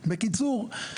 בקיצור,